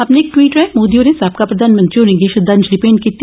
अपने इक टवीट रांए मोदी होरें साबका प्रधानमंत्री होरेंगी श्रद्वांजली भेंट कीती